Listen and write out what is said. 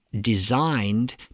designed